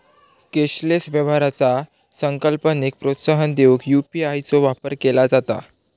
cashless व्यवहाराचा संकल्पनेक प्रोत्साहन देऊक यू.पी.आय चो वापर केला जाता